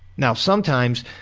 now, sometimes,